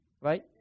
right